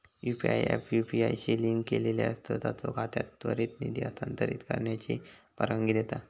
UPI app UPI शी link केलेल्या सोताचो खात्यात त्वरित निधी हस्तांतरित करण्याची परवानगी देता